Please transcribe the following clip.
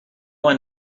one